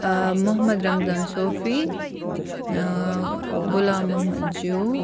ٲں محمد رمضان صوفی ٲں غلام محمد جوٗ